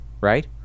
right